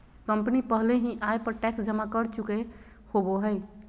company पहले ही आय पर टैक्स जमा कर चुकय होबो हइ